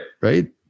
Right